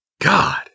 God